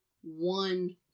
one